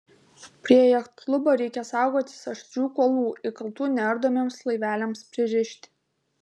prie jachtklubo reikia saugotis aštrių kuolų įkaltų neardomiems laiveliams pririšti